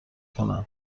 کنم